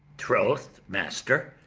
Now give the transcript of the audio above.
troth, master,